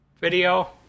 video